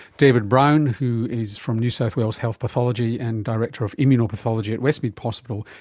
david brown who is from new south wales health pathology and director of immunopathology at westmead hospital,